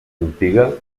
antiga